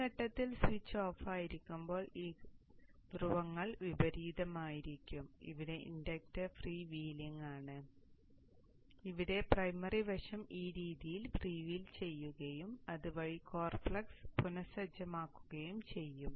ആ ഘട്ടത്തിൽ സ്വിച്ച് ഓഫായിരിക്കുമ്പോൾ ആ ഘട്ടത്തിൽ ധ്രുവങ്ങളിൽ വിപരീതമായിരിക്കും ഇവിടെ ഇൻഡക്ടർ ഫ്രീ വീലിംഗ് ആണ് ഇവിടെ പ്രൈമറി വശം ഈ രീതിയിൽ ഫ്രീ വീൽ ചെയ്യുകയും അതുവഴി കോർ ഫ്ലക്സ് പുനഃസജ്ജമാക്കുകയും ചെയ്യും